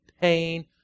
pain